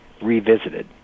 revisited